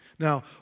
Now